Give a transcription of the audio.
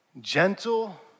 gentle